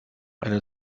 eine